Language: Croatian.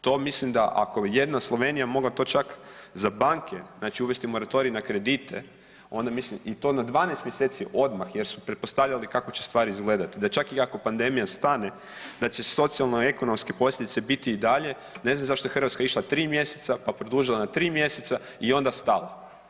To mislim da, ako jedna Slovenija mogla to čak za banke znači uvesti moratorij na kredite, onda mislim, i to na 12 mjeseci odmah jer su pretpostavljati kako će stvari izgledati, da čak i ako pandemija stane, da će socijalno-ekonomske posljedice biti i dalje, ne znam zašto je Hrvatska išla 3 mjeseca pa produžila na 3 mjeseca, i onda stala.